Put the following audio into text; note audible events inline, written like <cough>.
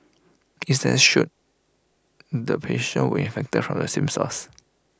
IT <unintelligible> should the patients were infected from the same source